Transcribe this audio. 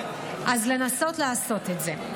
לנסות לעשות את זה.